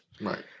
Right